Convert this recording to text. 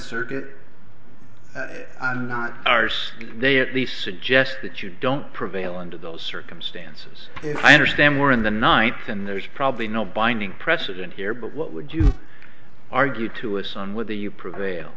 circuit not ours they at the suggest that you don't prevail under those circumstances i understand we're in the ninth and there's probably no binding precedent here but what would you argue to a son with or you prevail